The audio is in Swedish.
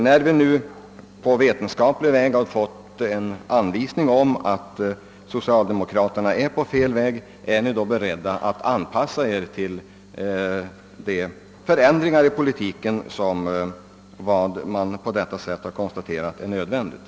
När vi nu på vetenskaplig väg har fått anvisning om att socialdemokraterna är inne på fel linje, är ni socialdemokrater då beredda att anpassa er till de förändringar i politiken som enligt vad man på detta sätt har konstaterat är nödvändiga?